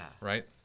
Right